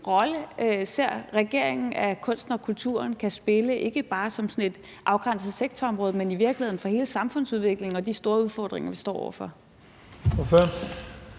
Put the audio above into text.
rolle ser regeringen, at kunsten og kulturen kan spille, ikke bare som sådan et afgrænset sektorområde, men i virkeligheden for hele samfundsudviklingen og de store udfordringer, vi står over for?